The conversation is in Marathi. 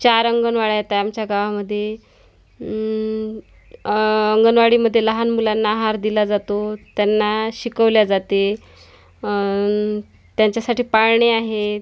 चार अंगणवाड्या आहेत त्या आमच्या गावामध्ये अंगणवाडीमध्ये लहान मुलांना आहार दिला जातो त्यांना शिकवल्या जाते त्यांच्यासाठी पाळणे आहेत